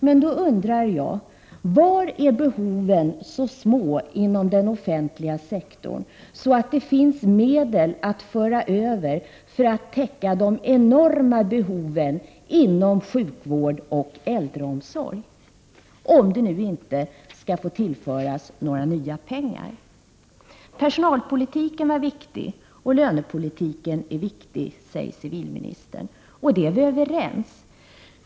Men då undrar jag: Var är behoven så små inom den offentliga sektorn att det finns medel att föra över för att täcka de enorma behoven inom sjukvård och äldreomsorg, om det nu inte skall få tillföras nya pengar? Personalpolitiken är viktig och lönepolitiken är viktig, säger civilministern. Det är vi överens om.